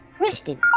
rested